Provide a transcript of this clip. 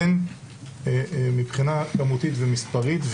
הן מבחינה כמותית ומספרית,